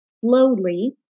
Slowly